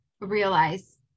realize